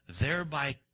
thereby